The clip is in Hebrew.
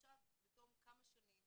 עכשיו בתום כמה שנים